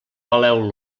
peleu